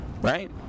right